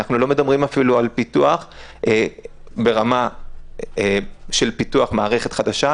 אנחנו אפילו לא מדברים על פיתוח ברמה של פיתוח מערכת חדשה,